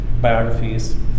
biographies